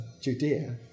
Judea